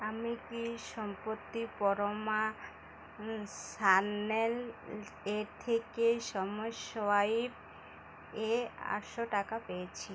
আমি কি সম্প্রতি পরমা সান্যাল এর থেকে এমসোয়াইপ এ আটশো টাকা পেয়েছি